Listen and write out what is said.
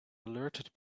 alerted